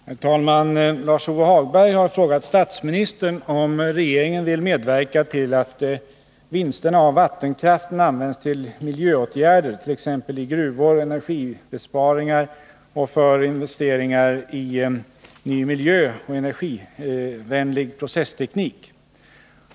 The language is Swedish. Herr talman! Lars-Ove Hagberg har frågat statsministern om regeringen vill medverka till att vinsterna av vattenkraften används till miljöåtgärder, t.ex. i gruvor, energibesparingar och för investeringar i ny miljö och energivänlig processteknik.